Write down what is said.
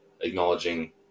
acknowledging